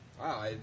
Wow